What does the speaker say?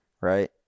right